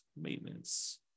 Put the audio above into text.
Maintenance